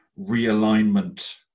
realignment